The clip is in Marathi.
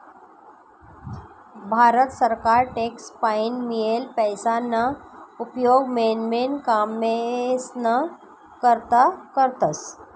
भारत सरकार टॅक्स पाईन मियेल पैसाना उपेग मेन मेन कामेस्ना करता करस